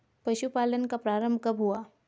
पशुपालन का प्रारंभ कब हुआ?